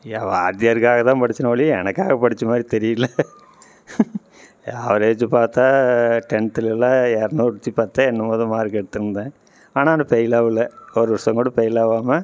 என் வாத்தியாருக்காக தான் படிச்சேனே ஒழிய எனக்காக படித்த மாதிரி தெரியிலை என் ஆவரேஜ் பார்த்தா டென்த்தில் எல்லாம் இரநூத்தி பத்தோ என்னவோ தான் மார்க் எடுத்திருந்தேன் ஆனாலும் பெயில் ஆகல ஒரு வருஷம் கூட பெயில் ஆகாம